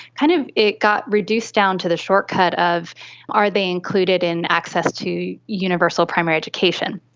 kind of it got reduced down to the shortcut of are they included in access to universal primary education,